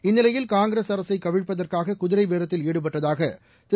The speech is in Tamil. இந்நிலையில் காங்கிரஸ் அரசை கவிழ்ப்பதற்காக குதிரை பேரத்தில் ஈடுபட்டதாக திரு